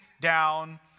down